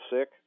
sick